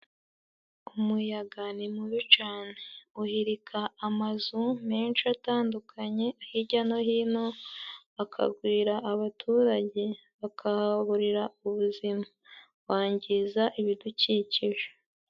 Umuyaga ni mubi cane, uhirika amazu menshi atandukanye hijya no hino, akagwira abaturage, bakahaburira ubuzima. Wangiza ibidukikije.